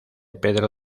pedro